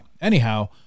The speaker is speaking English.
Anyhow